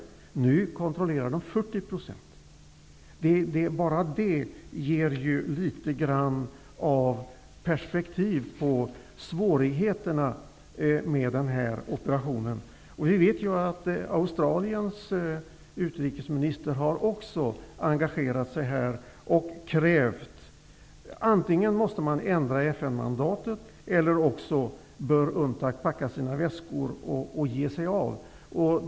Nu kontrollerar de 40 %. Bara det ger perspektiv på svårigheterna med denna operation. Vi vet att Australiens utrikesminister också har engagerat sig och krävt att man ändrar i FN mandatet. Annars bör UNTAC packa sina väskor och ge sig av, menar han.